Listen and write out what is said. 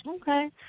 Okay